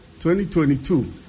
2022